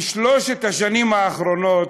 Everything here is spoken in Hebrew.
בשלוש השנים האחרונות,